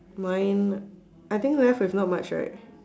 mine I think left with not much right